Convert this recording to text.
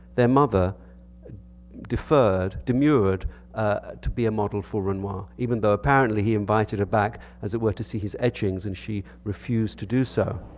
their mother demurred demurred ah to be a model for renoir, even though apparently he invited her back as it were to see his etchings and she refused to do so.